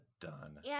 done